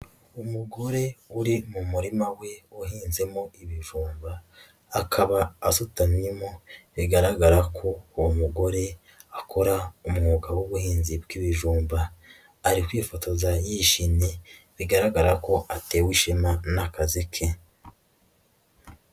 Umugore uri mu murima we uhinzemo ibivumba akaba asutamyemo bigaragara ko uwo mugore akora umwuga w'ubuhinzi bw'ibijumba, ari kwifotoza yishimye bigaragara ko atewe ishema n'akazi ke.